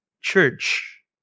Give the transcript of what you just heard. Church